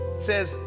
says